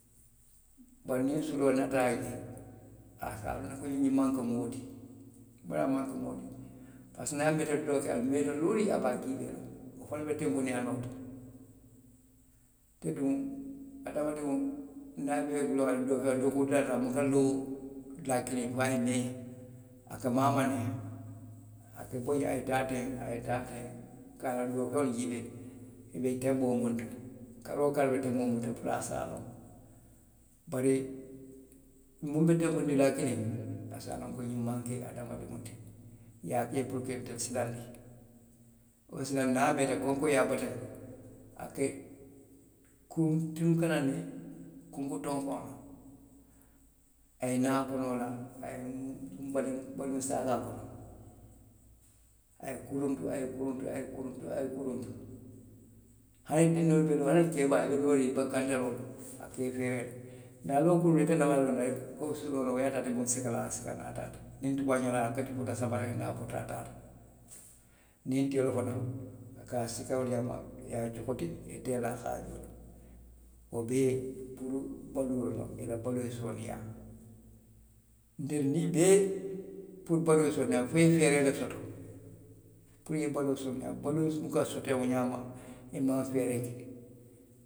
Bari niŋ suloo naata a je a se a loŋ ko ñiŋ maŋ ke moo ti, biriŋ a maŋ ke moo ti, a si naa a miira ko meeta looriŋ a be a juubee la, wo fanaŋ be tenkundi a nooto ite duŋ niŋ a be looriŋ dookuu dulaa to a buka loo dulaa kiliŋ, fo ye meea a ka maamaŋ ne a ka bo jaŋ a ye taa teŋ, a ya taa taŋ, ka a la doofeŋolu juubee, i be tenboo miŋ to kari woo kari be tenboo miŋ to puru a se a loŋ bari miŋ be tenkundi dulaa kiliŋ, a se a loŋ ñiŋ maŋ ke hadamadiŋo ti, i ye a ke le puru ka ntelu silanndi bituŋ niŋ a meeta konkoo ye a bataandi a ka kuruntu naŋ kunku tonkoŋo la, a ye naa a konoo la, a ye ŋunuma baliŋ saakaa kono, a ye kuruntu, a ye kuruntu, a ye kuruntu, a ye kuruntu hani dindiŋolu waraŋ keebaalu, i looriŋ i be kantaroo la, a ka i feeree le n ŋa a loŋ suloo loŋ wo ye a tara a be miŋ sika la a ye a sika, aniŋ a taata niŋ tubaañoo loŋ, a ye a kati puru ka a sanba a borita a taata, niŋ tiyoo loŋ a ka a sika wo le ñaama i ye jokoti i ye taa i la haajoo la, wo bee puru i la baluo loŋ i la baluo ye sooneeyaa ntelu niŋ i bee, puru baluo ye sooneeyaa fo i ye feeree le soto puru baluo ye sooneeyaa baluo buka soto wo ñaama, i maŋ feere ke.